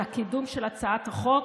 על הקידום של הצעת החוק,